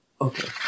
Okay